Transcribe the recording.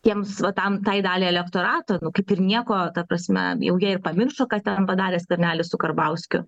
tiems va tam tai daliai elektorato kaip ir nieko ta prasme jau jie ir pamiršo ką ten padarė skvernelis su karbauskiu